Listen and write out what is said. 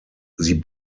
sie